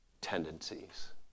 tendencies